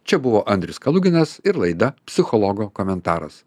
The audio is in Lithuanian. čia buvo andrius kaluginas ir laida psichologo komentaras